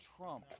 Trump